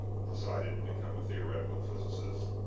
decided to become a theoretical physicist,